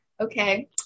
Okay